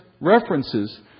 References